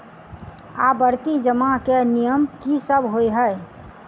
आवर्ती जमा केँ नियम की सब होइ है?